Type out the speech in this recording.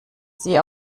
sie